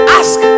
ask